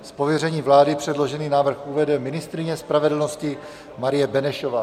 Z pověření vlády předložený návrh uvede ministryně spravedlnosti Marie Benešová.